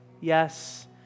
yes